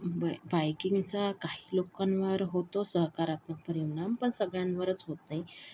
बाईकिंगचा काही लोकांवर होतो सहकारात्मक परिणाम पण सगळ्यांवरच होत नाही